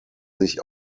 sich